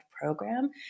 program